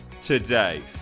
today